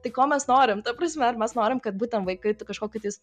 tai ko mes norim ta prasme ar mes norim kad būten vaikai tai kažkokiu tais